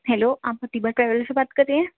hello آپ Pratibha travel سے بات کر رہے ہیں